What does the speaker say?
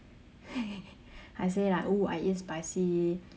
I say like !woo! I eat spicy